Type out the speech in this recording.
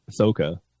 Ahsoka